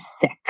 sick